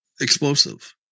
explosive